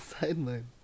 sideline